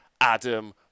Adam